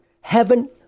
Heaven